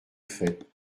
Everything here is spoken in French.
fait